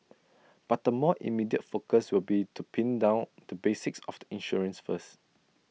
but the more immediate focus will be to pin down the basics of the insurance first